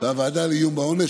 והוועדה לעיון בעונש,